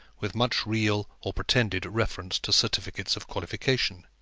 with much real or pretended reference to certificates of qualification.